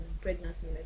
pregnancy